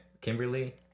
Kimberly